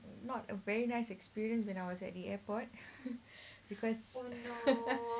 not a very nice experience when I was at the airport because